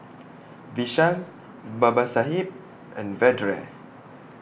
Vishal Babasaheb and Vedre